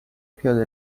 پیاده